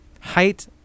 height